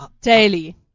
Daily